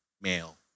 male